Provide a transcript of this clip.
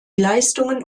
leistungen